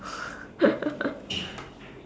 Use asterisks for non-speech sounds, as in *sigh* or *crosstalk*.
*laughs*